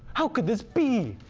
how could this be!